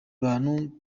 bantu